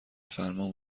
فرمان